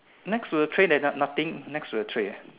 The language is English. next to the tray there's noth~ noth~ nothing next to the tray ah